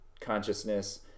consciousness